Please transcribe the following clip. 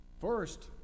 first